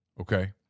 Okay